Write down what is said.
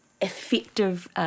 effective